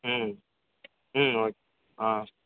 ம் ம் ஓக் ஆ